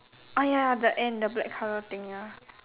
ah ya the end the black colour thing ya